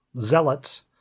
zealots